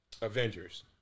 avengers